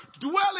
dwelling